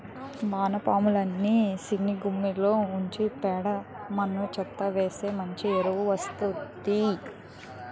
వానపాములని సిన్నగుమ్మిలో ఉంచి పేడ మన్ను చెత్తా వేస్తె మంచి ఎరువు వస్తాది